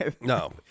No